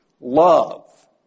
Love